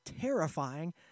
terrifying